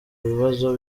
bibazo